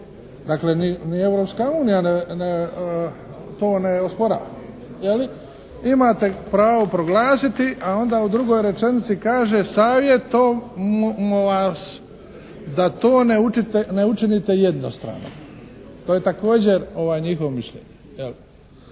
unija to ne osporava, je li? Imate pravo proglasiti, a onda u drugoj rečenici kaže "savjetujemo vas da to ne učinite jednostrano". To je također njihovo mišljenje.